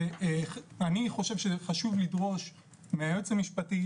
אני חושב שחשוב לדרוש מהיועץ המשפטי,